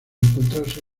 encontrarse